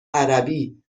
عربی